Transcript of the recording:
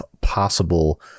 possible